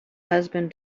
husband